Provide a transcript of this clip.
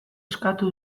eskatu